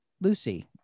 lucy